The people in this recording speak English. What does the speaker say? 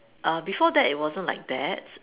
uh before that it wasn't like that